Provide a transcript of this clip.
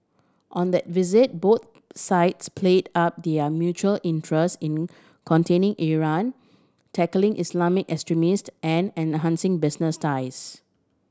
on that visit both sides played up their mutual interest in containing Iran tackling Islamic extremist and enhancing business ties